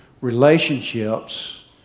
Relationships